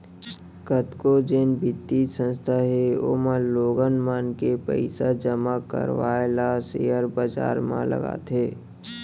कतको जेन बित्तीय संस्था हे ओमन लोगन मन ले पइसा जमा करवाय ल सेयर बजार म लगाथे